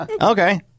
Okay